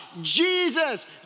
Jesus